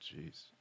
jeez